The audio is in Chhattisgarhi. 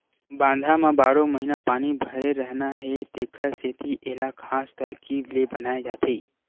बांधा म बारो महिना पानी भरे रहना हे तेखर सेती एला खास तरकीब ले बनाए जाथे